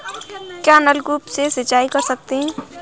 क्या नलकूप से सिंचाई कर सकते हैं?